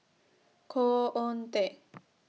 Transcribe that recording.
Khoo Oon Teik